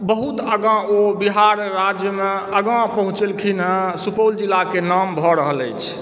बहुत आगाँ ओ बिहार राज्यमे आगाँ पहुचेलखिन हँ सुपौल जिलाके नाम भऽ रहल अछि